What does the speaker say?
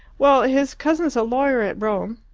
well, his cousin's a lawyer at rome.